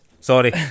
Sorry